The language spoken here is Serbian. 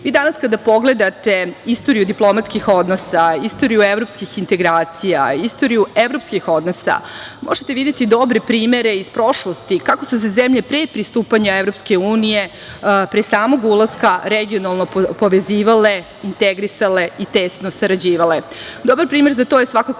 tržište. Danas kada pogledate istoriju diplomatskih odnosa, istoriju evropskih integracija, istoriju evropskih odnosa, možete videti dobre primere iz prošlosti kako su se zemlje pre pristupanja EU, pre samog ulaska regionalnog povezivale, integrisale i tesno sarađivale. Dobar primer za to je svakako